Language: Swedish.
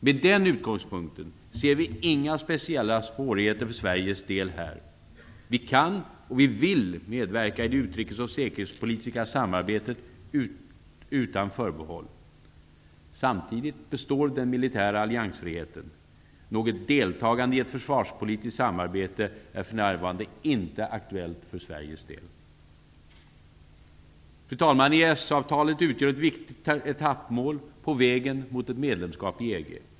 Med den utgångspunkten ser vi inga speciella svårigheter för Sveriges del här. Vi kan och vill medverka i det utrikes och säkerhetspolitiska samarbetet utan förbehåll. Samtidigt består den militära alliansfriheten. Något deltagande i ett försvarspolitiskt samarbete är för närvarande inte aktuellt för Sveriges del. Fru talman! EES-avtalet utgör ett viktigt etappmål på vägen mot ett medlemskap i EG.